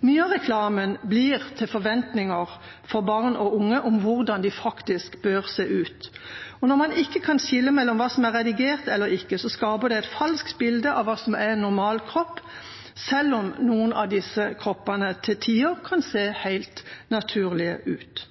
Mye av reklamen blir til forventninger hos barn og unge om hvordan de faktisk bør se ut. Når man ikke kan skille mellom hva som er redigert, og hva som ikke er redigert, skaper det et falskt bilde av hva som er en normal kropp, selv om noen av disse kroppene til tider kan se helt naturlige ut.